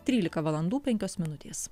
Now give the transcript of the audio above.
trylika valandų penkios minutės